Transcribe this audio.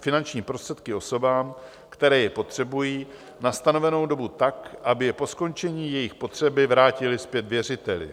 finanční prostředky osobám, které je potřebují, na stanovenou dobu tak, aby je po skončení jejich potřeby vrátily zpět věřiteli.